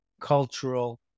cultural